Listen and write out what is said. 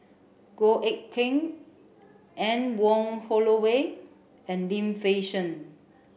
Goh Eck Kheng Anne Wong Holloway and Lim Fei Shen